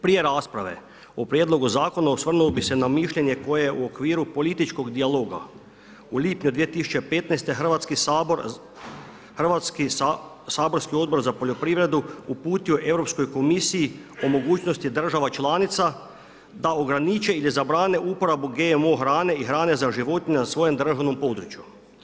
Prije rasprave o prijedlogu zakona osvrnuo bih se na mišljenje koje u okviru političkog dijaloga u lipnju 2015. hrvatski saborski Odbor za poljoprivredu uputio Europskoj komisiji o mogućnosti država članica da ograniče ili zabrane uporabu GMO hrane i hrane za životinje na svojem državnom području.